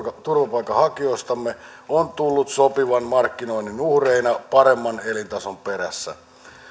turvapaikanhakijoistamme on tullut sopivan markkinoinnin uhreina paremman elintason perässä